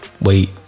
wait